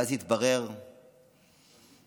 ואז התברר שלפחות